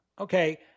Okay